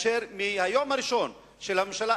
מהיום הראשון של הממשלה,